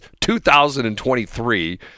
2023